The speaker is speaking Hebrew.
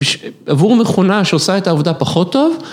עבור מכונה שעושה את העבודה פחות טוב.